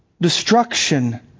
destruction